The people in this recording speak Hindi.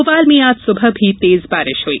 भोपाल में आज सुबह भी तेज बारिश हुई